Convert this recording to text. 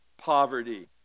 poverty